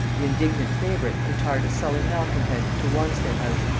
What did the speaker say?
the indignant favorite retired a sullen malcontent to wanstead-house,